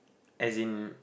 as in